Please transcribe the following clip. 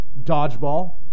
dodgeball